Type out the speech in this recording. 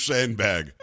Sandbag